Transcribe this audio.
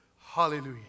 Hallelujah